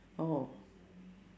oh